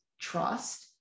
trust